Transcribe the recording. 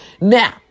Now